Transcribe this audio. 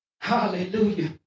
Hallelujah